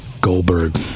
Goldberg